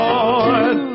Lord